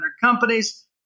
companies